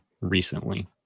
recently